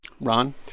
Ron